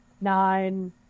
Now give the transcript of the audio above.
nine